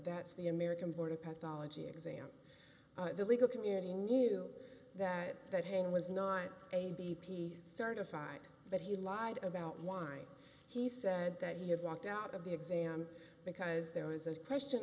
that's the american board of pathology exam the legal community knew that that hand was not a b p certified but he lied about why he said that he had walked out of the exam because there was a question